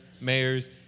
mayors